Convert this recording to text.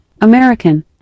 American